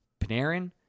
Panarin